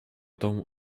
domu